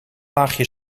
laagje